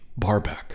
barback